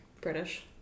british